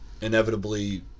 inevitably